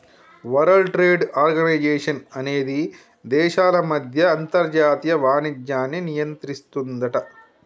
world trade organization అనేది దేశాల మధ్య అంతర్జాతీయ వాణిజ్యాన్ని నియంత్రిస్తుందట